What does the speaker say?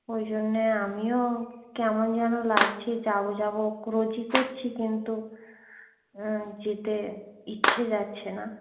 ঐ জন্যে আমিও কেমন যেন লাগছে যাব যাব রোজই করছি কিন্তু যেতে ইচ্ছে যাচ্ছে না